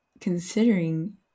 considering